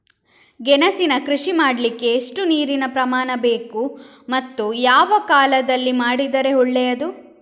ಗೆಣಸಿನ ಕೃಷಿ ಮಾಡಲಿಕ್ಕೆ ಎಷ್ಟು ನೀರಿನ ಪ್ರಮಾಣ ಬೇಕು ಮತ್ತು ಯಾವ ಕಾಲದಲ್ಲಿ ಮಾಡಿದರೆ ಒಳ್ಳೆಯದು?